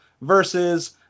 versus